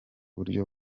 buryo